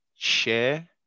share